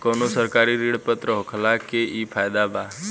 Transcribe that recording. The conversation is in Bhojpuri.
कवनो सरकारी ऋण पत्र होखला के इ फायदा बा